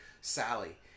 Sally